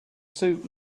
suit